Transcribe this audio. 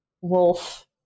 wolf